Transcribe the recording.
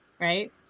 right